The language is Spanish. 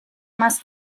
más